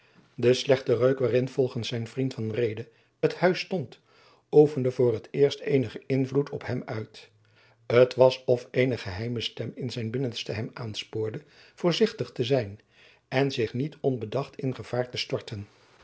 de slechte reuk waarin volgens zijn vriend van reede het huis stond oefende voor t eerst eenigen invloed op hem uit t was of eene geheime stem in zijn binnenste hem aanspoorde voorzichtig te zijn en zich niet onbedacht in gevaar te storten